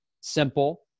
simple